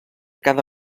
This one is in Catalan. cada